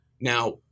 Now